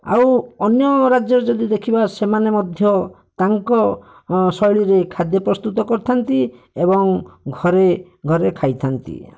ଆଉ ଅନ୍ୟ ରାଜ୍ୟରେ ଯଦି ଦେଖିବା ସେମାନେ ମଧ୍ୟ ତାଙ୍କ ଶୈଳୀରେ ଖାଦ୍ୟ ପ୍ରସ୍ତୁତ କରିଥାନ୍ତି ଏବଂ ଘରେ ଘରେ ଖାଇଥାନ୍ତି